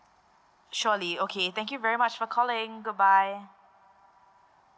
surely okay thank you very much for calling goodbye